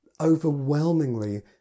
overwhelmingly